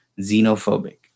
xenophobic